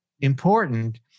important